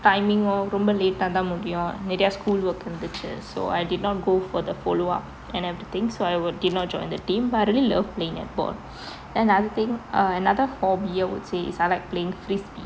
timing ரொம்ப:romba late ah தான் முடியும் நிறைய:thaan mudiyum niraiya schoolwork இருந்துச்சு:irunthutchu so I did not go for the follow up and everything so I would did not join the team but I really love playing netball another thing ah another hobby I would say is I like playing frisbee